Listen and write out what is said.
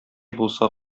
булса